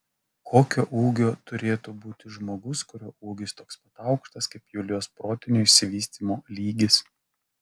kokio ūgio turėtų būti žmogus kurio ūgis toks pat aukštas kaip julijos protinio išsivystymo lygis